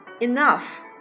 enough